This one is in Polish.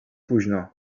późno